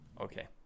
Okay